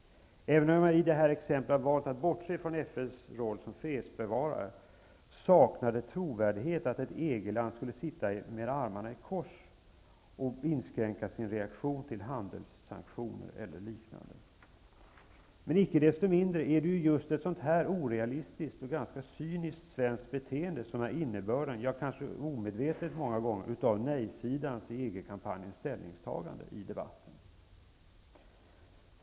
Även om jag i detta exempel har valt att bortse från FN:s roll som fredsbevarare, saknar det trovärdighet att man i ett EG-land skulle sitta med armarna i kors och inskränka sin reaktion till handelssanktioner eller liknande. Men icke desto mindre är det just ett sådant orealistiskt, cyniskt svenskt beteende som är innebörden, kanske ibland omedvetet, av nejsidans ställningstagande i EG-debatten.